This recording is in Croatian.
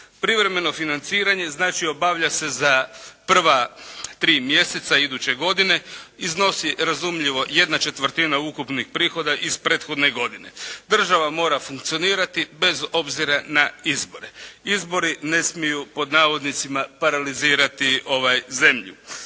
privremeno financiranja obavlja se za prva tri mjeseca iduće godine, iznosi razumljivo ¼ ukupnih prihoda iz prethodne godine država mora funkcionirati bez obzira na izbore, izbori ne smiju "paralizirati zemlju".